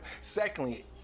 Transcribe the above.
Secondly